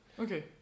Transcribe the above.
Okay